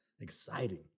exciting